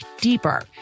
deeper